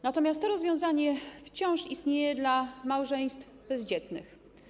Natomiast to rozwiązanie wciąż istnieje dla małżeństw bezdzietnych.